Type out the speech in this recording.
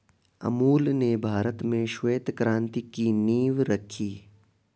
अमूल ने भारत में श्वेत क्रान्ति की नींव रखी